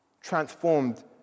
transformed